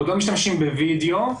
עוד לא משתמשים בווידאו,